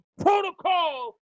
protocol